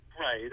Right